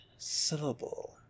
syllable